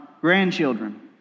grandchildren